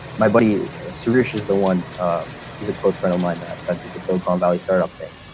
my buddy solutions, the one he's a close friend of mine that that the the silicon valley startup thing.